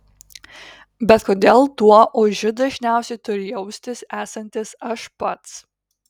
bet kodėl tuo ožiu dažniausiai turiu jaustis esantis aš pats